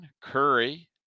Curry